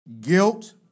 guilt